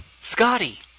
Scotty